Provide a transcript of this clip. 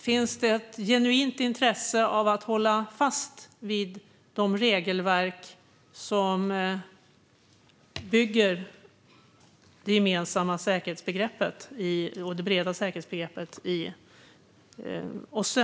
Finns det ett genuint intresse av att hålla fast vid de regelverk som bygger det gemensamma och breda säkerhetsbegreppet i OSSE?